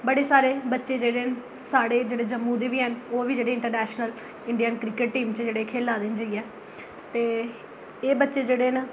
बड़े सारे बच्चे जेह्ड़े न साढ़े जेह्ड़े जम्मू दे बी हैन ओह् बी जेह्ड़े इंटरनैशनल इंडियन क्रिकट टीम च जेह्ड़े खेढा दे न जाइयै ते एह् बच्चे जेह्ड़े न किश